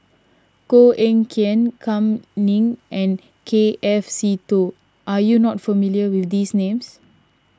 Koh Eng Kian Kam Ning and K F Seetoh are you not familiar with these names